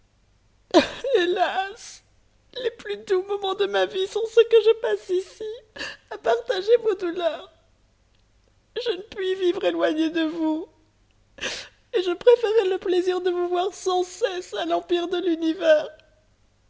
hélas les plus doux moments de ma vie sont ceux que je passe ici à partager vos douleurs je ne puis vivre éloignée de vous et je préférerais le plaisir de vous voir sans cesse à l'empire de l'univers